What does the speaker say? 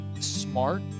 smart